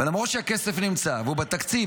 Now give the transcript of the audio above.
ולמרות שהכסף נמצא והוא בתקציב,